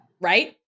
right